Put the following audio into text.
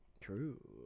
True